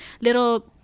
little